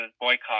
boycott